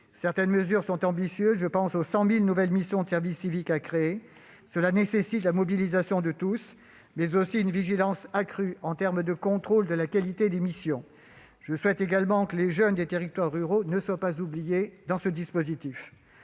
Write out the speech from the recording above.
Certaines mesures sont ambitieuses. Je pense aux 100 000 nouvelles missions de service civique qui devront être créées. Cela nécessite la mobilisation de tous, mais aussi une vigilance accrue dans le contrôle de la qualité des missions. Je souhaite également que les jeunes des territoires ruraux ne soient pas oubliés dans ce dispositif.